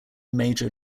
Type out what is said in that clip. major